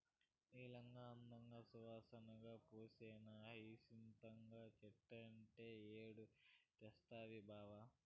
నీలంగా, అందంగా, సువాసన పూలేనా హైసింత చెట్లంటే ఏడ తెస్తవి బావా